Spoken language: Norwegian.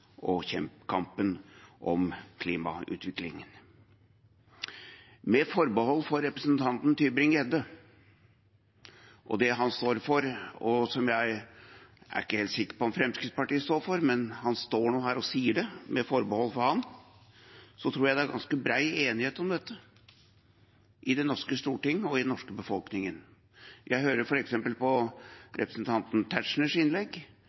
og kampen om klimautviklingen. Med forbehold for representanten Tybring-Gjedde og det han står for – som jeg ikke er helt sikker på om Fremskrittspartiet står for, men han står nå her og sier det – tror jeg det er ganske bred enighet om dette i det norske storting og i den norske befolkningen. Jeg hører